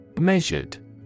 Measured